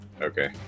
okay